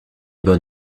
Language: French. bon